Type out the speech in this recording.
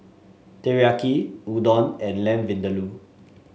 Teriyaki Udon and Lamb Vindaloo